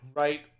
right